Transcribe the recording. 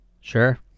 sure